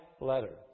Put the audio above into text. letter